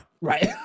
right